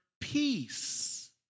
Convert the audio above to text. peace